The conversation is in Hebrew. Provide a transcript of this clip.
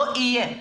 לא יהיה.